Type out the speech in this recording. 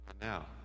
Now